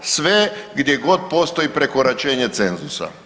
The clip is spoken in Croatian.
Sve gdje god postoji prekoračenje cenzusa.